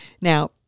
Now